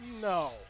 No